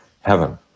heaven